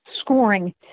scoring